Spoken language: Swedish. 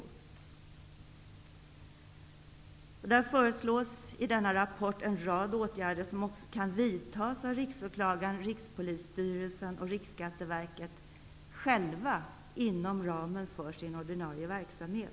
I rapporten föreslås en rad åtgärder som också kan vidtas av riksåklagaren, Rikspolisstyrelsen och Riksskatteverket inom ramen för deras ordinarie verksamhet.